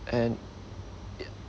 and ya